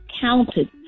counted